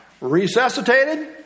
Resuscitated